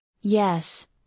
Yes